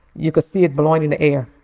you could see it blowing in the air.